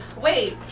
Wait